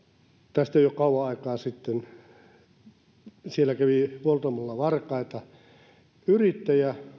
tästä ei ole kauan aikaa että kun huoltamolla kävi varkaita niin yrittäjä